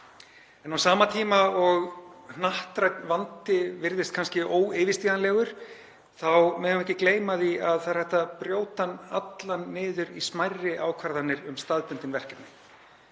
En á sama tíma og hnattrænn vandi virðist kannski óyfirstíganlegur þá megum við ekki gleyma því að það er hægt að brjóta hann allan niður í smærri ákvarðanir um staðbundin verkefni.